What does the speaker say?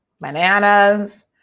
bananas